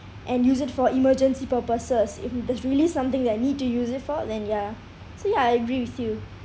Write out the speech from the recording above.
and use it for emergency purposes if there's really something that I need to use it for than ya see I agree with you